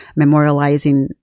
memorializing